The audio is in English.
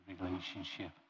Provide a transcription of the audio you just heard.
relationship